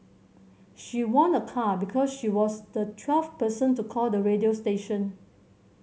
she won a car because she was the twelfth person to call the radio station